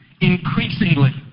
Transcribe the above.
increasingly